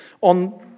on